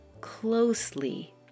closely